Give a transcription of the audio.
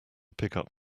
pickup